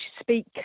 speak